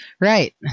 Right